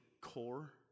core